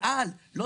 אל על פספסו,